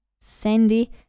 sandy